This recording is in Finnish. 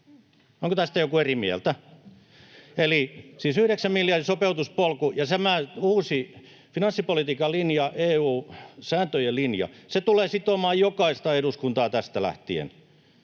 Onko tästä joku eri mieltä? Eli siis yhdeksän miljardin sopeutuspolku ja tämä uusi finanssipolitiikan linja, EU-sääntöjen linja, tulee sitomaan jokaista eduskuntaa tästä lähtien.